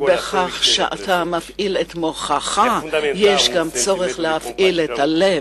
בכך שאתה מפעיל את מוחך, צריך גם להפעיל את הלב.